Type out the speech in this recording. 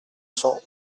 cents